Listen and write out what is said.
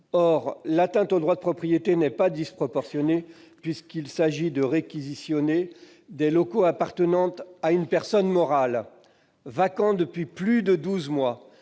Or l'atteinte au droit de propriété n'est pas disproportionnée, puisqu'il s'agit de réquisitionner des locaux appartenant à une personne morale et vacants depuis plus de douze mois,